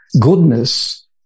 goodness